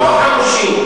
הגולן הוא שטח כבוש.